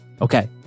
Okay